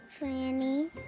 franny